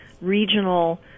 regional